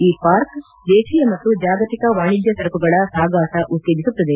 ಈ ಪಾರ್ಕ್ ದೇಶೀಯ ಮತ್ತು ಜಾಗತಿಕ ವಾಣಿಜ್ಯ ಸರಕುಗಳ ಸಾಗಾಟ ಉತ್ತೇಜಿಸುತ್ತದೆ